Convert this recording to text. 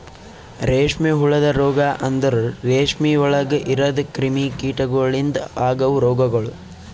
ರೇಷ್ಮೆ ಹುಳದ ರೋಗ ಅಂದುರ್ ರೇಷ್ಮೆ ಒಳಗ್ ಇರದ್ ಕ್ರಿಮಿ ಕೀಟಗೊಳಿಂದ್ ಅಗವ್ ರೋಗಗೊಳ್